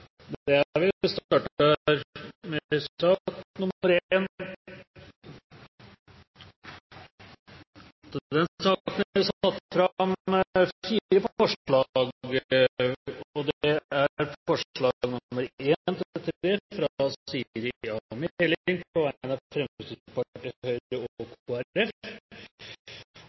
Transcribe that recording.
er det satt fram fire forslag. Det er forslagene nr. 1–3, fra Siri A. Meling på vegne av Fremskrittspartiet, Høyre og